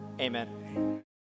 amen